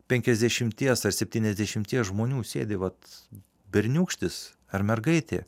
penkiasdešimies ar septyniasdešimies žmonių sėdi vat berniūkštis ar mergaitė